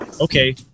okay